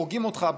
הורגים אותך.